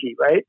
right